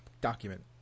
document